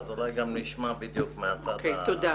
אז אולי גם נשמע מהצד האכיפתי.